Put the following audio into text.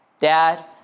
dad